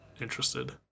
interested